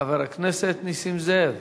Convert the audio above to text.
חבר הכנסת נסים זאב.